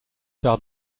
par